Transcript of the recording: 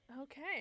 Okay